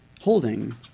Holding